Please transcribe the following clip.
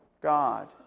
God